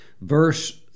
verse